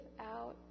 out